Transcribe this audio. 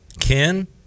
Ken